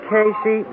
Casey